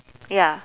ya